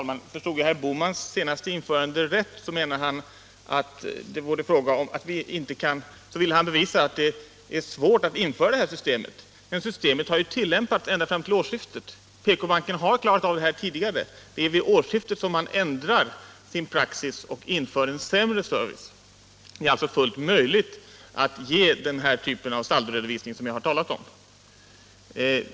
Herr talman! Förstod jag herr Bohmans senaste anförande rätt ville han visa att det vore svårt att införa det här systemet. Men systemet har ju tillämpats ända fram till årsskiftet. PK-banken har klarat av detta tidigare. Det var vid årsskiftet man ändrade sin praxis och införde en sämre service. Alltså är det fullt möjligt att ge den typ av saldoredovisning som jag talat om.